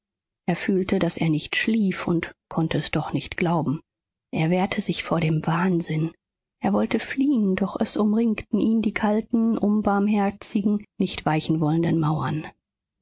er fühlte daß er nicht schlief und konnte es doch nicht glauben er wehrte sich vor dem wahnsinn er wollte fliehen doch es umringten ihn die kalten unbarmherzigen nicht weichen wollenden mauern